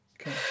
Okay